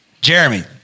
Jeremy